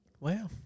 Wow